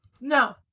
No